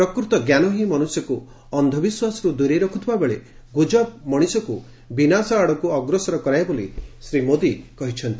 ପ୍ରକୃତ ଜ୍ଞାନ ହିଁ ମନୁଷ୍ୟକୁ ଅନ୍ଧବିଶ୍ୱାସରୁ ଦୂରେଇ ରଖୁଥିବାବେଳେ ଗୁଜବ ମଣିଷକୁ ବିନାଶ ଆଡ଼କୁ ଅଗ୍ରସର କରାଏ ବୋଲି ଶ୍ରୀ ମୋଦି କହିଛନ୍ତି